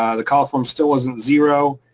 um the coliform still wasn't zero.